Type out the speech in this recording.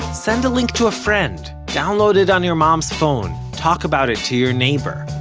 send a link to a friend, download it on your mom's phone, talk about it to your neighbor.